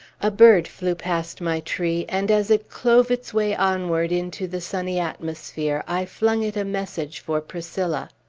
a bird flew past my tree and, as it clove its way onward into the sunny atmosphere, i flung it a message for priscilla.